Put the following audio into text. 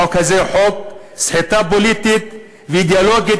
החוק הזה הוא חוק סחיטה פוליטית ואידיאולוגיה